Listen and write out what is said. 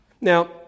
Now